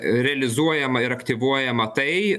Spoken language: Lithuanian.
realizuojama ir aktyvuojama tai